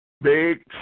Big